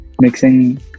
Mixing